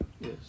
Yes